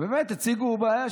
ובאמת הציגו בעיה,